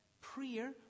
Prayer